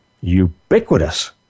ubiquitous